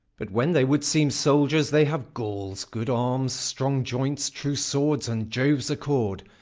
but when they would seem soldiers, they have galls, good arms, strong joints, true swords and, jove's accord,